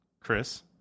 Chris